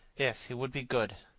yes, he would be good,